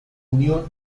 unión